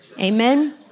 amen